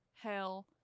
Hell